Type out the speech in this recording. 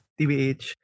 TBH